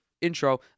intro